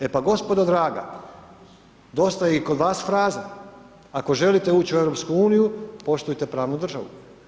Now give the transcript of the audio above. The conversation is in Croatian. E pa gospodo draga, dosta je i kod vas fraza, ako želite ući u EU poštujte pravnu državu.